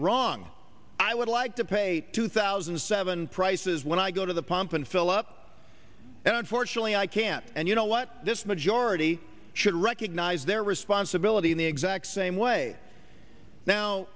wrong i would like to pay two thousand and seven prices when i go to the pump and fill up and unfortunately i can't and you know what this majority should recognize their responsibility in the exact same way now